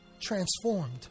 transformed